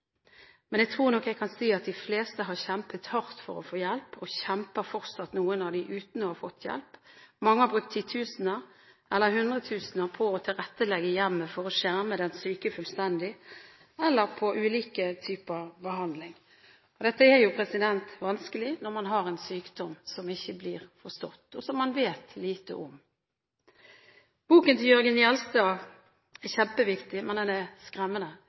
Men jeg tror nok jeg kan si at de fleste har kjempet hardt for å få hjelp, og noen av dem kjemper fortsatt uten å ha fått hjelp. Mange har brukt titusener, eller hundretusener, på å tilrettelegge hjemmet for å skjerme den syke fullstendig, eller på ulike typer behandling, og dette er jo vanskelig når man har en sykdom som ikke blir forstått, og som man vet lite om. Boken til Jørgen Jelstad er kjempeviktig, men den er skremmende.